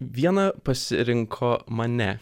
viena pasirinko mane